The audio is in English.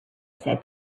said